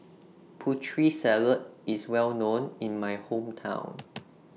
Putri Salad IS Well known in My Hometown